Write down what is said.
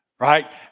right